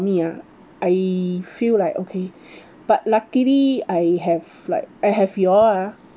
me ah I feel like okay but luckily I have like I have you all ah